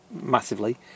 massively